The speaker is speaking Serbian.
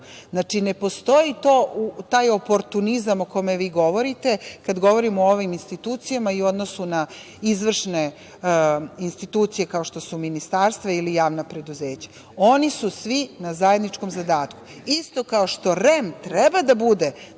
Znači, ne postoji taj oportunizam, o kome vi govorite, kad govorimo o ovim institucijama i u odnosu na izvršne institucije kao što su ministarstva ili javna preduzeća. Oni su svi na zajedničkom zadatku. Isto kao što REM treba da bude